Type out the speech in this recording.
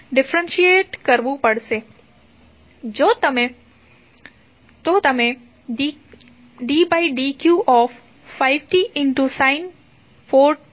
તો તમે ddt5t sin 4πt મેળવશો